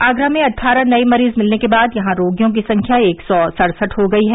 आगरा में अट्ठारह नए मरीज मिलने के बाद यहां रोगियों की संख्या एक सौ सड़सठ हो गई है